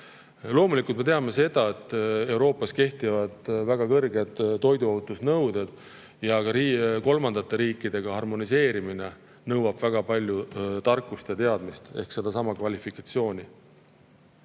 Loomulikult, me teame, et Euroopas kehtivad väga kõrged toiduohutusnõuded. Ka kolmandate riikidega harmoniseerimine nõuab väga palju tarkust ja teadmist ehk jällegi kvalifikatsiooni.